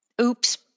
Oops